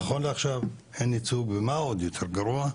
נכון לעכשיו אין ייצוג, ומה עוד יותר גרוע?